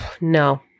No